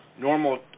normal